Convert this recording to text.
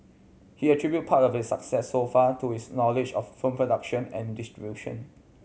he attribute part of its success so far to his knowledge of film production and distribution